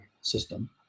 system